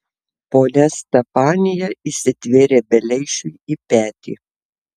ponia stepanija įsitvėrė beleišiui į petį